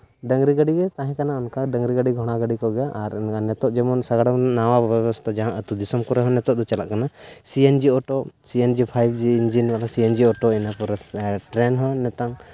ᱰᱟᱹᱝᱨᱤ ᱜᱟᱹᱰᱤ ᱜᱮ ᱛᱟᱦᱮᱸ ᱠᱟᱱᱟ ᱚᱱᱠᱟ ᱰᱟᱹᱝᱨᱤ ᱜᱟᱹᱰᱤ ᱜᱷᱚᱲᱟ ᱜᱟᱹᱰᱤ ᱠᱚᱜᱮ ᱟᱨ ᱱᱤᱛᱳᱜ ᱡᱮᱢᱚᱱ ᱥᱟᱸᱜᱟᱲᱚᱢ ᱱᱟᱣᱟ ᱵᱮᱵᱚᱥᱛᱦᱟ ᱡᱟᱦᱟᱸ ᱟᱛᱳ ᱫᱤᱥᱚᱢ ᱠᱚᱨᱮᱜ ᱦᱚᱸ ᱱᱤᱛᱚᱜ ᱫᱚ ᱪᱟᱞᱟᱜ ᱠᱟᱱᱟ C N G auto C N G five G engine ᱚᱱᱟ ᱥᱤ ᱮᱱ ᱡᱤ ᱚᱴᱳ ᱤᱱᱟᱹ ᱯᱚᱨᱮ ᱴᱨᱮᱹᱱ ᱦᱚᱸ ᱱᱤᱛᱚᱜ